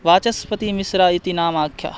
वाचस्पतिमिश्रः इति नामाख्यः